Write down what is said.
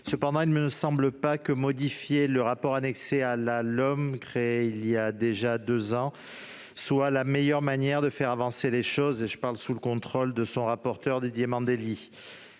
Cependant, il ne me semble pas que la modification du rapport annexé à la LOM, créé il y a déjà deux ans, soit la meilleure manière de faire avancer les choses ; je parle sous le contrôle du rapporteur du projet